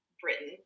Britain